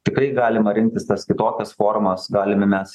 tikrai galima rinktis tas kitokias formas galime mes